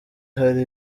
hari